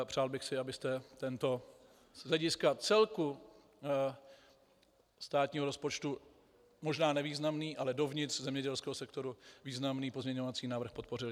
Přál bych si, abyste tento z hlediska celku státního rozpočtu možná nevýznamný, ale dovnitř zemědělského sektoru významný pozměňovací návrh podpořili.